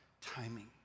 timing